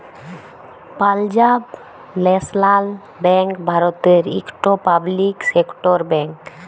Punjab national bank ভারতের ইকট public sector bank